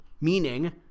meaning